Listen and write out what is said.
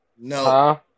No